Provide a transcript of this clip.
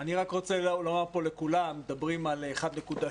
אני רק רוצה לומר פה לכולם: מדברים על 1.2,